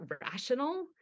rational